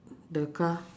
the car